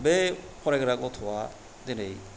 बे फरायग्रा गथ'आ दिनै